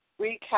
recap